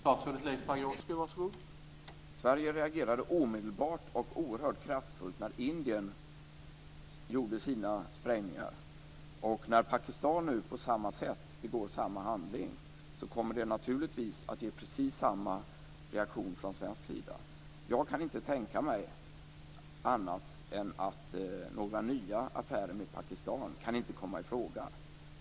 Herr talman! Sverige reagerade omedelbart och oerhört kraftfullt när Indien gjorde sina sprängningar. När Pakistan nu på samma sätt begår samma handling kommer det naturligtvis att ge precis samma reaktion från svensk sida. Jag kan inte tänka mig annat än att några nya affärer med Pakistan inte kan komma i fråga.